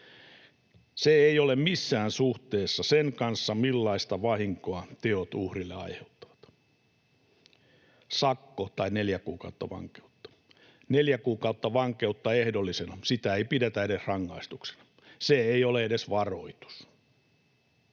Se ei ole missään suhteessa sen kanssa, millaista vahinkoa teot uhrille aiheuttavat — sakko tai neljä kuukautta vankeutta. Neljä kuukautta vankeutta ehdollisena, sitä ei pidetä edes rangaistuksena. Se ei ole edes varoitus.